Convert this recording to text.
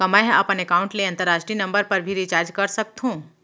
का मै ह अपन एकाउंट ले अंतरराष्ट्रीय नंबर पर भी रिचार्ज कर सकथो